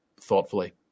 thoughtfully